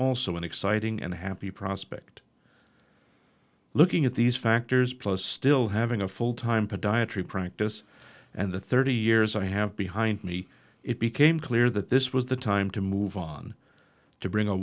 also an exciting and a happy prospect looking at these factors plus still having a full time podiatry practice and the thirty years i have behind me it became clear that this was the time to move on to bring a